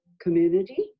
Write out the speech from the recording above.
community